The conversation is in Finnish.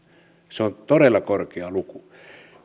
se on todella korkea luku